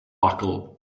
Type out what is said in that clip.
buckle